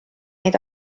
neid